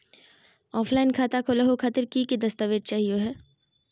Offline खाता खोलहु खातिर की की दस्तावेज चाहीयो हो?